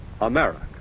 America